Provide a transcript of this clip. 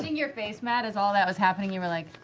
your face, matt, as all that was happening. you were like,